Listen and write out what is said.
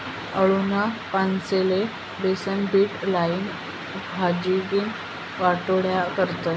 आळूना पानेस्ले बेसनपीट लाईन, शिजाडीन पाट्योड्या करतस